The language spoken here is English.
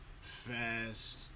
fast